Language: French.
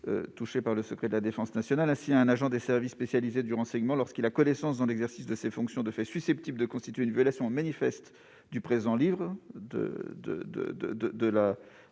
soumis au secret de la défense nationale. Ainsi, un agent des services spécialisés de renseignement « qui a connaissance, dans l'exercice de ses fonctions, de faits susceptibles de constituer une violation manifeste du [code de la